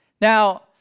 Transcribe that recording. Now